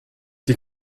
die